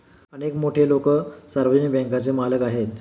अनेक मोठे लोकं सार्वजनिक बँकांचे मालक आहेत